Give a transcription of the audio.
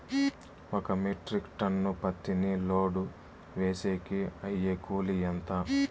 ఒక metric ton పత్తిని load వేసేకి అయ్యే కూలి ఎంత?